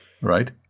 right